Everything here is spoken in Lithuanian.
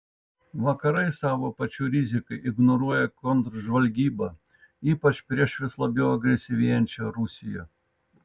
vakarai savo pačių rizikai ignoruoja kontržvalgybą ypač prieš vis labiau agresyvėjančią rusiją